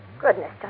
Goodness